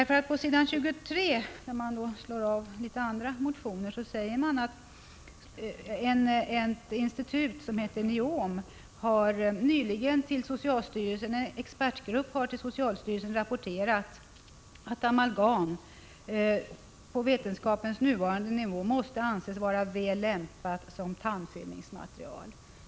För på s. 23, där man tar upp flera motioner, säger man att ett institut som heter NIOM ” nyligen till socialstyrelsen rapporterat att amalgam på vetenskapens nuvarande nivå måste anses vara väl lämpad som tandfyllnadsmaterial”.